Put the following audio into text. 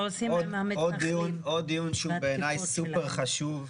עוד דיון שהוא בעיניי סופר חשוב,